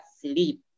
sleep